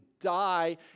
die